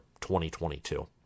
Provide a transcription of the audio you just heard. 2022